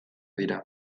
dira